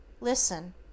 Listen